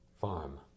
Farm